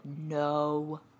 no